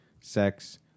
sex